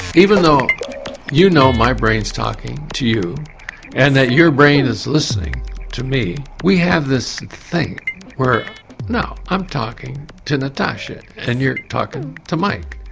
even though you know my brain is talking to you and that your brain is listening to me, we have this thing where no, i'm talking to natasha and you're talking to mike.